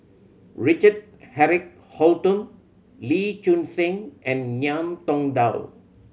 Richard Eric Holttum Lee Choon Seng and Ngiam Tong Dow